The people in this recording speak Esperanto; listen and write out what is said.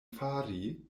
fari